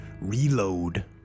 reload